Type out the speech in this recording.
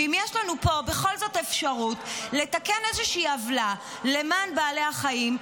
ואם יש לנו פה בכל זאת אפשרות לתקן איזושהי עוולה למען בעלי החיים,